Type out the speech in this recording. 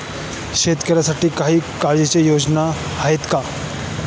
शेतकऱ्यांसाठी काही कर्जाच्या योजना आहेत का?